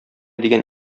дигән